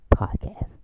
Podcast